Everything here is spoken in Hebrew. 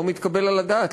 לא מתקבל על הדעת,